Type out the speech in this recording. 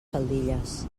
faldilles